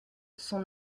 son